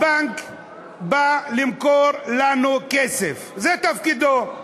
הבנק בא למכור לנו כסף, זה תפקידו.